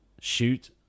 shoot